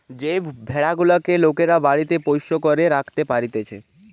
যে ভেড়া গুলেক লোকরা বাড়িতে পোষ্য করে রাখতে পারতিছে